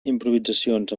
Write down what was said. improvisacions